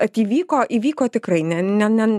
atvyko įvyko tikrai ne ne ne